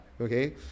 Okay